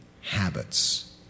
habits